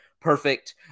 perfect